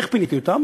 איך פיניתי אותם?